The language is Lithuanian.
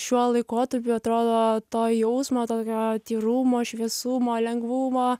šiuo laikotarpiu atrodo to jausmo tokio tyrumo šviesumo lengvumo